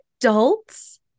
adults